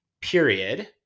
period